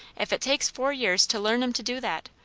if it takes four years to learn em to du that,